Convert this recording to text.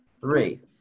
three